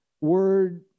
word